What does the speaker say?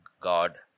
God